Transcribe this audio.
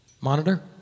Monitor